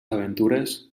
aventures